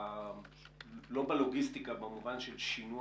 לא בלוגיסטיקה במובן של שינוע